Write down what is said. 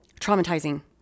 traumatizing